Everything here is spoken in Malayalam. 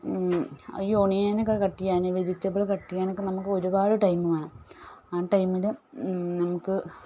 ഈ ഒണിയൻ ഒക്കെ കട്ട് ചെയ്യാനും വെജിറ്റബിളൊക്കെ കട്ട് ചെയ്യാനുമൊക്കെ നമ്മൾക്ക് ഒരുപാട് ടൈം വേണം ആ ടൈമിൽ നമുക്ക്